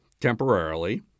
temporarily